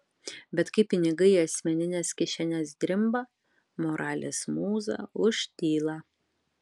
bet kai pinigai į asmenines kišenes drimba moralės mūza užtyla